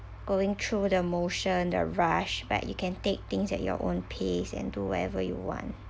going through the motions the rush back you can take things at your own pace and do whatever you want